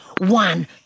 One